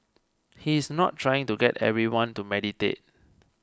he is not trying to get everyone to meditate